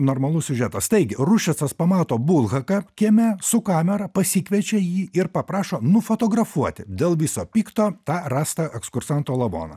normalus siužetas taigi ruščicas pamato bulhaką kieme su kamera pasikviečia jį ir paprašo nufotografuoti dėl viso pikto tą rastą ekskursanto lavoną